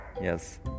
yes